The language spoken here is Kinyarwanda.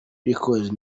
records